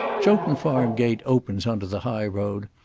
chowton farm gate opens on to the high road,